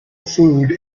food